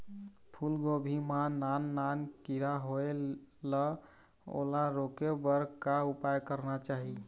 फूलगोभी मां नान नान किरा होयेल ओला रोके बर का उपाय करना चाही?